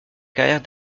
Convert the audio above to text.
carrière